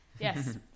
Yes